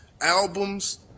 albums